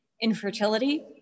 infertility